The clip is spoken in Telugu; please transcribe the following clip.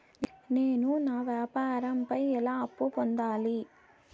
నేను నా వ్యాపారం పై ఎలా అప్పు పొందాలి?